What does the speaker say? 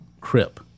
crip